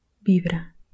Vibra